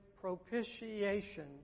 propitiation